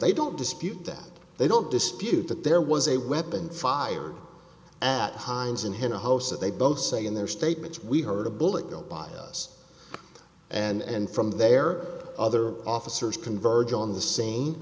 they don't dispute that they don't dispute that there was a weapon fire that hines and him host that they both say in their statements we heard a bullet go by us and from there other officers converge on the scene